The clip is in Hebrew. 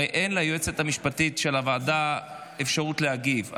הרי אין ליועצת המשפטית של הוועדה אפשרות להגיב,